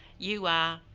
you are,